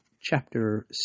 chapter